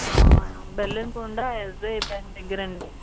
బెల్లం కొండ SBI bank దగ్గర అండి